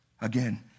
again